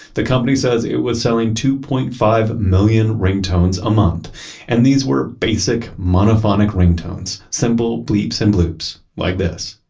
the company says it was selling two point five million ringtones a month and these were basic monophonic ringtones, simple bleeps and bloops like this.